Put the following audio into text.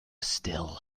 still